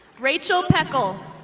rachel peckel.